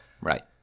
Right